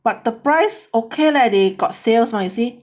but the price okay leh they got sales [one] you see